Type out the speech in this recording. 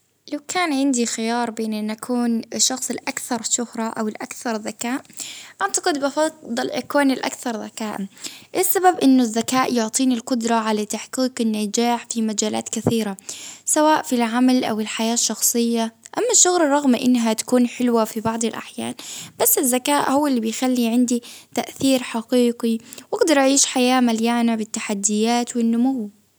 لو كان عندي خيار بين إني أكون الشخص الأكثر شهرة أو الاكثر ذكاء، أعتقد بفضل يكون الأكثر ذكاء، السبب إنه الذكاء يعطيني القدرة على تحقيق النجاح في مجالات كثيرة، سواء في العمل أو الحياة الشخصية، أما الشغل رغم إنها هتكون حلوة في بعض الأحيان، بس ذكاء هو اللي بيخلي عندي تأثير حقيقي، وأقدر أعيش حياة مليانة بالتحديات والنمو.